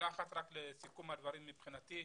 לסיכום הדברים מבחינתי.